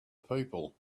people